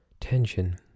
tension